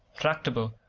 tractable